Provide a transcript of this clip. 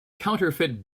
counterfeit